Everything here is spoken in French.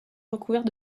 recouvert